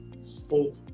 state